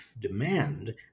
demand